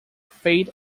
fate